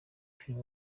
film